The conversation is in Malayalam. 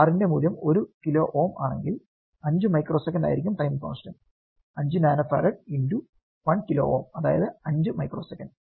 R ന്റെ മൂല്യം 1 കിലോ Ω ആണെങ്കിൽ 5 മൈക്രോ സെക്കൻഡ് ആയിരിക്കും time constant 5 nanofarad X 1 kilo Ω അതായത് 5 മൈക്രോ സെക്കന്റ്